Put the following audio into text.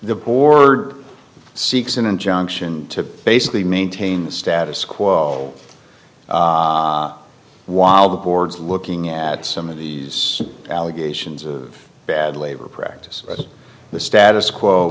the board seeks an injunction to basically maintain the status quo while the board's looking at some of these allegations of bad labor practices the status quo